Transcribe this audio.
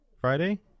Friday